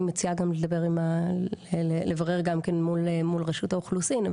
אני מציעה לברר גם כן מול רשות האוכלוסין,